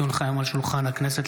כי הונחה היום על שולחן הכנסת,